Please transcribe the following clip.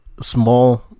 small